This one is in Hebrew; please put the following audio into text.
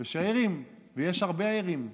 ושערים, ויש הרבה ערים.